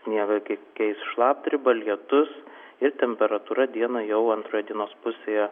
sniegą keis šlapdriba lietus ir temperatūra dieną jau antroje dienos pusėje